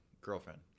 girlfriend